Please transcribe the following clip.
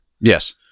Yes